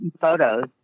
photos